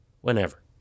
whenever